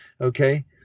Okay